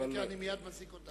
חכה, אני מייד מזעיק אותם.